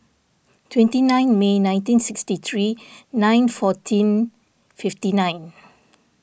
twenty nine May nineteen sixty three nine fourteen fifty nine